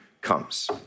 comes